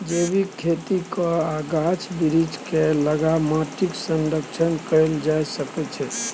जैबिक खेती कए आ गाछ बिरीछ केँ लगा माटिक संरक्षण कएल जा सकै छै